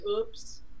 oops